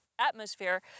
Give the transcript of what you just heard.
atmosphere